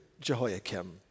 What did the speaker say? Jehoiakim